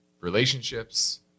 relationships